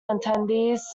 attendees